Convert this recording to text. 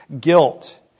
guilt